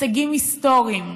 הישגים היסטוריים,